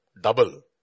Double